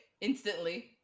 instantly